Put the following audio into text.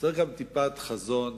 צריך גם טיפת חזון,